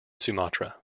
sumatra